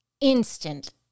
instant